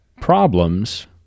problems